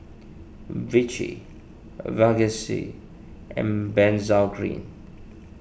Vichy Vagisil and Benzac Cream